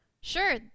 Sure